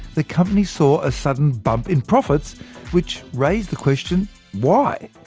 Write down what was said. the company saw a sudden bump in profits which raised the question why.